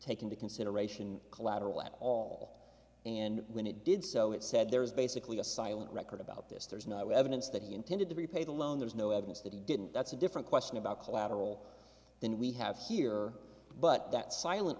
take into consideration collateral at all and when it did so it said there is basically a silent record about this there's no evidence that he intended to repay the loan there's no evidence that he didn't that's a different question about collateral than we have here but that silent